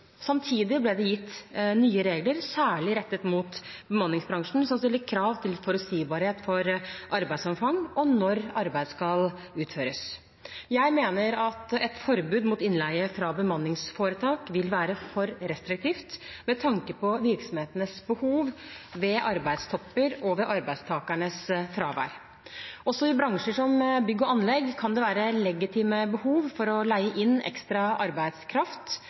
Samtidig ble det gitt nye regler særlig rettet mot bemanningsbransjen som stiller krav til forutsigbarhet for arbeidsomfang og når arbeid skal utføres. Jeg mener at et forbud mot innleie fra bemanningsforetak vil være for restriktivt med tanke på virksomhetenes behov ved arbeidstopper og ved arbeidstakeres fravær. Også i bransjer som bygg og anlegg kan det være legitime behov for å leie inn ekstra arbeidskraft